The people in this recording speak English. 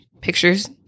pictures